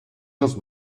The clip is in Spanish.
los